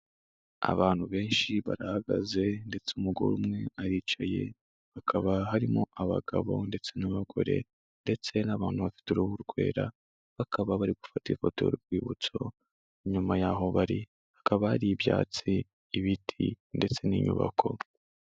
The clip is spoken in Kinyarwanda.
Abantu benshi barahagaze ndetse umugore umwe aricaye, hakaba harimo abagabo ndetse n'abagore ndetse n'abantu bafite uruhu rwera, bakaba bari gufata ifoto y'urwibutso, inyuma y'aho bari hakaba hari ibyatsi, ibiti ndetse n'inyubako.